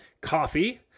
coffee